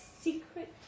secret